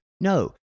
No